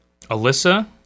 Alyssa